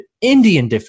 Indian